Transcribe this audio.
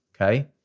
okay